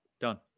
done